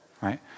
right